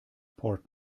port